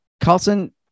Carlson